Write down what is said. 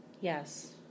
Yes